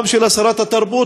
גם של שרת התרבות,